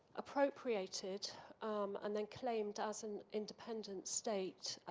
appropriated and then, claimed as an independent state,